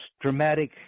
dramatic